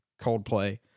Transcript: Coldplay